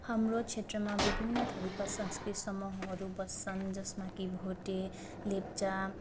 हाम्रो क्षेत्रमा विभिन्न थरीका संस्कृति समूहहरू बस्छन् जसमा कि भोटे लेप्चा